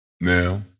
Now